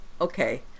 okay